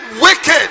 wicked